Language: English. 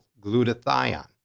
glutathione